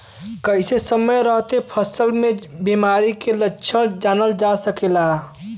कइसे समय रहते फसल में बिमारी के लक्षण जानल जा सकेला?